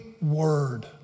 word